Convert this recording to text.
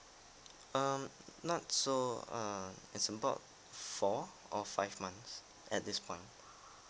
um not so err it's about four or five months at this point